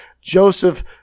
Joseph